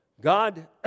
god